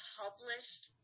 published